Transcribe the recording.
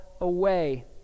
away